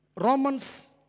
Romans